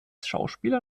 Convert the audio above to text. schauspieler